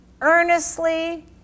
Earnestly